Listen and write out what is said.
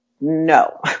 No